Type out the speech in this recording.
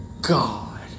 God